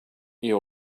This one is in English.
you